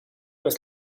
was